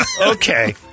Okay